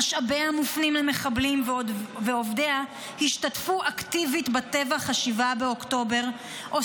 משאביה מופנים למחבלים ועובדיה השתתפו אקטיבית בטבח 7 באוקטובר או